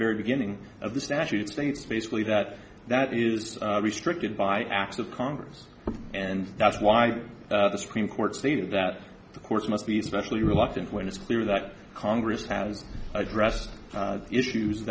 very beginning of the statute states basically that that is restricted by acts of congress and that's why the supreme court stated that the courts must be especially reluctant when it's clear that congress has addressed issues